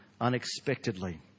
unexpectedly